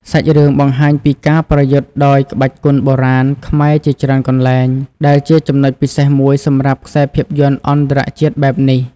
សាច់រឿងបង្ហាញពីការប្រយុទ្ធដោយក្បាច់គុនបុរាណខ្មែរជាច្រើនកន្លែង ដែលជាចំណុចពិសេសមួយសម្រាប់ខ្សែភាពយន្តអន្តរជាតិបែបនេះ។